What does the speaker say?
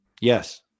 Yes